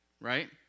right